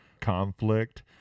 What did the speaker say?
conflict